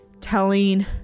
telling